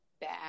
bad